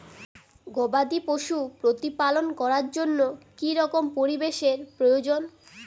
গবাদী পশু প্রতিপালন করার জন্য কি রকম পরিবেশের প্রয়োজন?